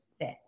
fit